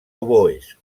oboès